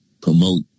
promote